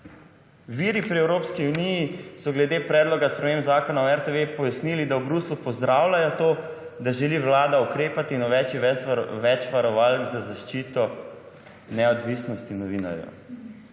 »viri pri Evropski uniji so glede predloga sprememb Zakona o RTV pojasnili, da v Bruslju pozdravljajo to, da želi vlada ukrepati in uvesti več varovalk za zaščito neodvisnosti novinarjev«.